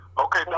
Okay